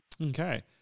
Okay